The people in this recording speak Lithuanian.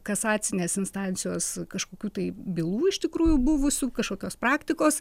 kasacinės instancijos kažkokių tai bylų iš tikrųjų buvusių kažkokios praktikos